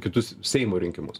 kitus seimo rinkimus